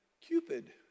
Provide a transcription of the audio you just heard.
Cupid